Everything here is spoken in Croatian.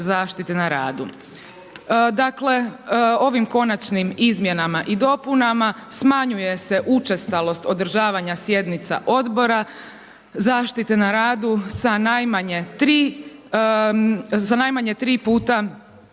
zaštite na radu. Dakle ovim konačnim izmjenama i dopunama smanjuje se učestalost održavanja sjednica odbora zaštite na radu sa najmanje jednom